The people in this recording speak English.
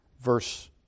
verse